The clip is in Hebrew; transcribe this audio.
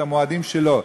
את המועדים שלו.